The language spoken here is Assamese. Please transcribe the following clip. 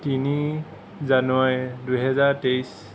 তিনি জানুৱাৰী দুহেজাৰ তেইছ